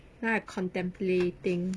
那 contemplating